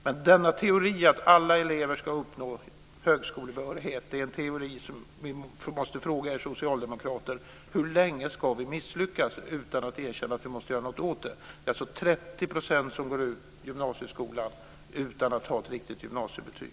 Men denna teori att alla elever ska uppnå högskolebehörighet är en teori som gör att jag måste fråga er socialdemokrater: Hur länge ska vi misslyckas utan att erkänna att vi måste göra något åt detta? Det är alltså 30 % av eleverna som går ut gymnasieskolan utan att ha ett riktigt gymnasiebetyg.